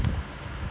orh